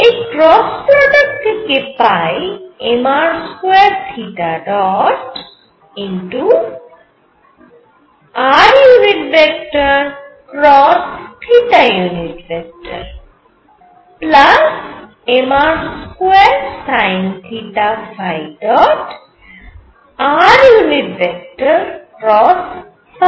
এই cross product থেকে পাই mr2rmr2sinθr